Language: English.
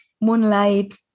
moonlight